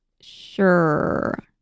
Sure